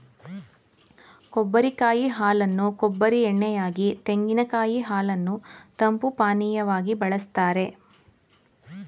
ಕೊಬ್ಬರಿ ಕಾಯಿ ಹಾಲನ್ನು ಕೊಬ್ಬರಿ ಎಣ್ಣೆ ಯಾಗಿ, ತೆಂಗಿನಕಾಯಿ ಹಾಲನ್ನು ತಂಪು ಪಾನೀಯವಾಗಿ ಬಳ್ಸತ್ತರೆ